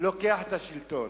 לוקח את השלטון.